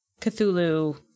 Cthulhu